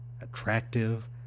attractive